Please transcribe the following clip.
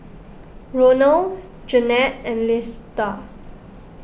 Ronal Jennette and Lesta